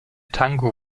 tango